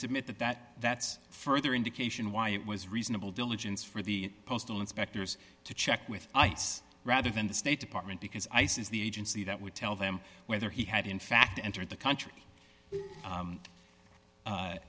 submit that that that's further indication why it was reasonable diligence for the postal inspectors to check with ice rather than the state department because ice is the agency that would tell them whether he had in fact entered the country